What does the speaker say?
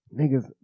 niggas